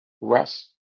rest